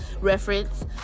reference